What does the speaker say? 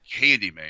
Candyman